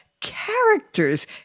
characters